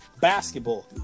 basketball